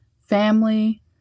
family